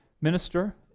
minister